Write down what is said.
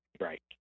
Right